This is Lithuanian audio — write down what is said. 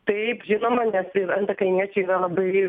taip žinoma nes ir antakalniečiai yra labai